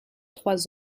trois